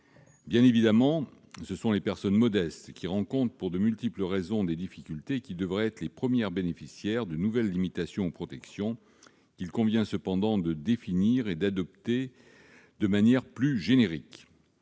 Bien évidemment, les personnes modestes, qui rencontrent, pour de multiples raisons, des difficultés, devraient être les premières bénéficiaires de nouvelles limitations ou protections, qu'il convient cependant de définir et d'adopter de manière plus générique.